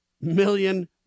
million